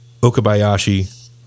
Okabayashi